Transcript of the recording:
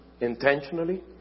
intentionally